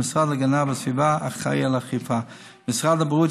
המשרד להגנת הסביבה אחראי לאכיפה; משרד הבריאות